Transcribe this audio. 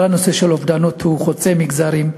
נושא האובדנות הוא חוצה מגזרים.